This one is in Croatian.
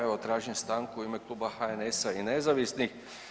Evo tražim stanku u ime Kluba HNS-a i nezavisnih.